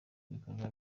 ibikorwa